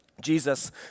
Jesus